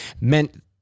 meant